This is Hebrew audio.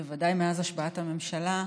בוודאי מאז השבעת הממשלה,